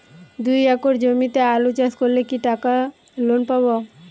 দুই একর জমিতে আলু চাষ করলে কি টাকা লোন পাবো?